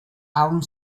aún